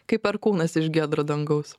kaip perkūnas iš giedro dangaus